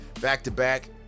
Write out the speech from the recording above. Back-to-back